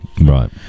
Right